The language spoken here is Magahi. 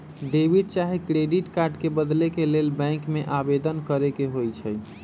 डेबिट चाहे क्रेडिट कार्ड के बदले के लेल बैंक में आवेदन करेके होइ छइ